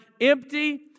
empty